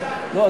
לא,